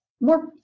more